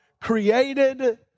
created